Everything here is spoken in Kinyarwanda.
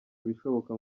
ibishoboka